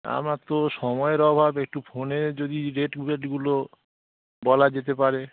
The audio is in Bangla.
আমার তো সময়ের অভাব একটু ফোনে যদি রেট ফেট গুলো বলা যেতে পারে